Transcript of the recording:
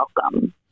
welcome